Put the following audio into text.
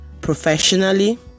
professionally